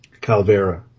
Calvera